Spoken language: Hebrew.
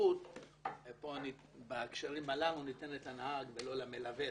שהסמכות בהקשרים הללו ניתנת לנהג ולא למלווה,